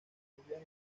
empieza